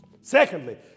Secondly